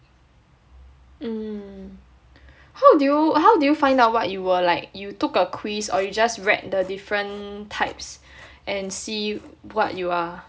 mm how did you how did you find out what you were like you took a quiz or you just read the different types and see what you are